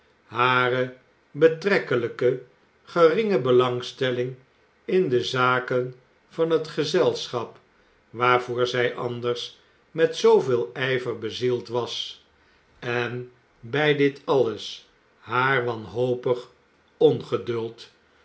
hare betrekkelijke geringe belangstelling in de zaken van het gezelschap waarvoor zij anders met zooveel ijver bezield was en bij dit alles haar wanhopig ongeduld